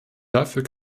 dafür